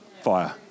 fire